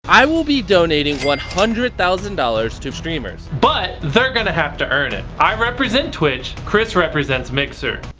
i will be donating one hundred thousand dollars to streamers, but they're going to have to earn it. i represent twitch, chris represents mixer.